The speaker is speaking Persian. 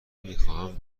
میخواهم